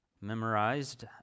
memorized